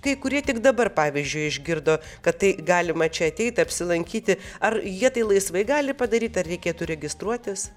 kai kurie tik dabar pavyzdžiui išgirdo kad tai galima čia ateit apsilankyti ar jie tai laisvai gali padaryti ar reikėtų registruotis